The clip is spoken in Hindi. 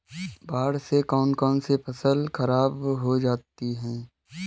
बाढ़ से कौन कौन सी फसल खराब हो जाती है?